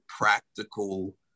practical